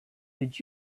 did